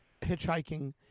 hitchhiking